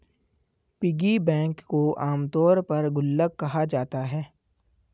piggy bank को आमतौर पर गुल्लक कहा जाता है